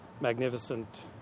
magnificent